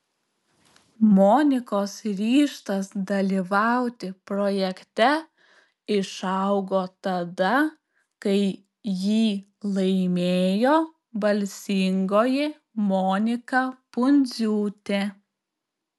monikos ryžtas dalyvauti projekte išaugo tada kai jį laimėjo balsingoji monika pundziūtė